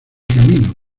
camino